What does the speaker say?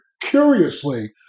curiously